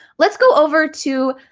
let's go over to